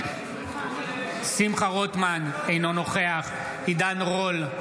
נגד שמחה רוטמן, אינו נוכח עידן רול,